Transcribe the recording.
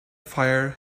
fire